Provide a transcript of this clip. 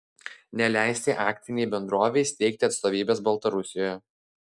neleisti akcinei bendrovei steigti atstovybės baltarusijoje